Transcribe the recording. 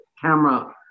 camera